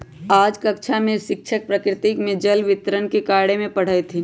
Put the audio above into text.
आज कक्षा में शिक्षक प्रकृति में जल वितरण के बारे में पढ़ईथीन